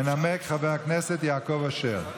מנמק חבר הכנסת יעקב אשר.